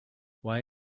why